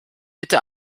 bitte